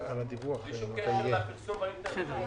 בלי שום קשר לפרסום באינטרנט.